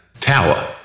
tower